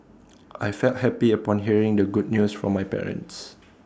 I felt happy upon hearing the good news from my parents